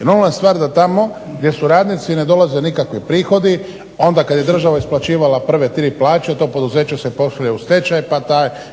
normalna stvar da tamo gdje su radnici ne dolaze nikakvi prihodi, onda kad je država isplaćivala prve 3 plaće to poduzeće se poslije u stečaj